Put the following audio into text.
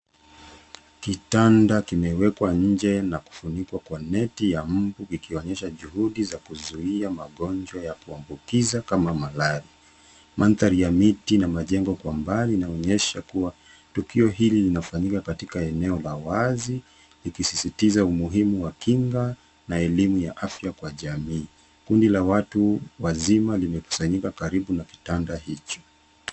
Kitanda kimewekwa nje na kufunikwa kwa neti ya mbu ikionyesha juhudi za kuzuia magonjwa ya kuambukiza kama malaria. Mandhari ya miti na majengo kwa mbali inaonyesha kuwa tukio hili linafanyika katika eneo la wazi, likisisitiza umuhimu wa kinga na elimu ya afya kwa jamii. Kundi la watu wazima limekusanyika karibu na kitanda hicho.